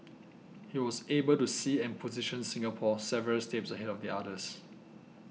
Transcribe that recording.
he was able to see and position Singapore several steps ahead of the others